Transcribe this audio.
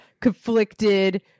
conflicted